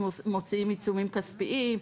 אנחנו מוציאים עיצומים כספיים,